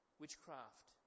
witchcraft